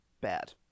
bad